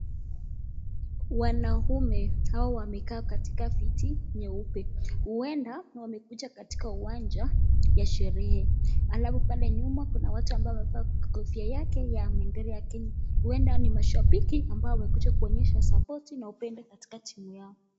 Wanaume hao wamekaa katika viti nyeupe. Huenda wamekuja katika uwanja ya sherehe. Alafu pale nyuma kuna watu ambao wamevaa kofia yake ya bendera ya Kenya. Huenda ni mashabiki ambao wamekuja kuonyesha surporti na upendo katika timu yao.